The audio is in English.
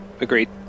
agreed